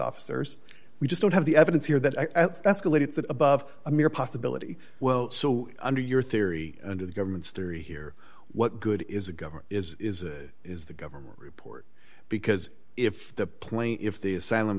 officers we just don't have the evidence here that escalates it above a mere possibility well so under your theory under the government's theory here what good is a government is is it is the government report because if the plane if the asylum